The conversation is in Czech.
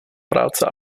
práce